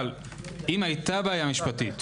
אבל אם הייתה בעיה משפטית,